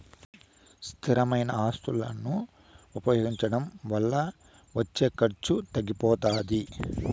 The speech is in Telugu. స్థిరమైన ఆస్తులను ఉపయోగించడం వల్ల వచ్చే ఖర్చు తగ్గిపోతాది